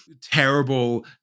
terrible